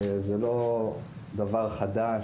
זה לא דבר חדש,